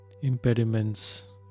Impediments